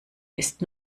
ist